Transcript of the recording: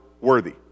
worthy